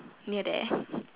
near there